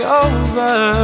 over